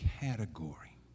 category